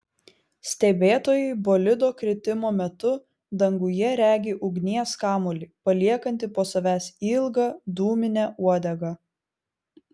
stebėtojai bolido kritimo metu danguje regi ugnies kamuolį paliekantį po savęs ilgą dūminę uodegą